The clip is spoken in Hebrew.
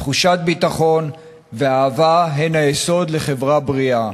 תחושת ביטחון ואהבה הם היסוד לחברה בריאה.